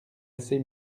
assez